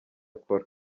akora